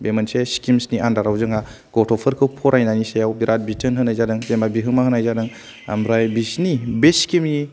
बे मोनसे स्किमनि आन्दाराव जोंहा गथ'फोरखौ फरायनायनि सायाव बिराद बिथोन होनाय जादों जेनेबा बिहोमा होनाय जादों ओमफ्राय बिसिनि बे स्किमनि